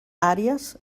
àries